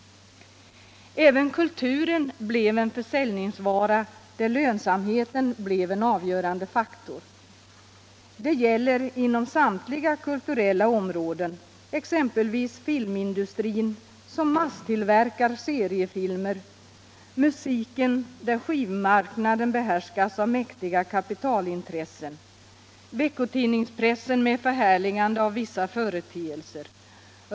Även kulturen blev en försäljningsvara, där lönsamheten är avgörande faktor. Det gäller inom samtliga kulturella områden — exempelvis filmindustrin som masstillverkar scricfilmer, musiken där skivmarknaden behärskas av mäktiga kapitalintressen och veckotidningspressen med förhärligande av vissa företeelser.